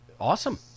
awesome